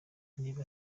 niba